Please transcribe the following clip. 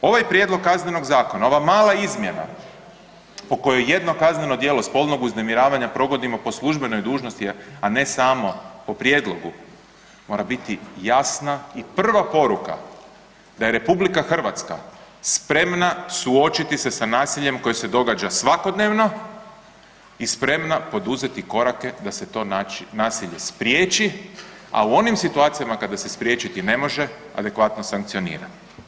Ovaj prijedlog Kaznenog zakona ova mala izmjena po kojoj jedno kazneno djelo spolnog uznemiravanja provodimo po službenoj dužnosti je a ne samo po prijedlogu mora biti jasna i prva poruka da je RH spremana suočiti se sa nasiljem koje se događa svakodnevno i spremna poduzeti korake da se to nasilje spriječi, a u onim situacijama kada se spriječiti ne može adekvatno sankcionira.